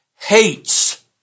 hates